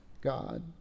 God